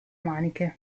maniche